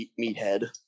meathead